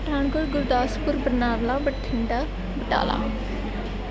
Pathankot Gurdaspur Barnala Bathinda Batala